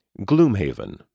Gloomhaven